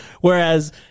whereas